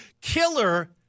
killer